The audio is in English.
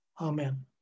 amen